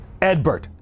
Edbert